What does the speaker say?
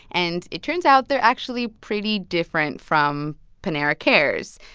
and it turns out they're actually pretty different from panera cares.